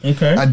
Okay